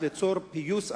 כדי ליצור פיוס אמיתי,